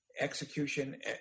Execution